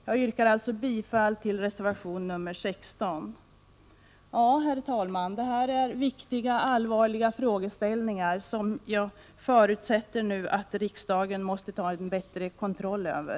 Jag yrkar bifall till reservation nr 16. Herr talman! Detta är viktiga och allvarliga frågeställningar, som jag nu förutsätter att riksdagen får en bättre kontroll över.